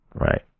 Right